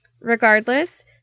Regardless